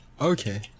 Okay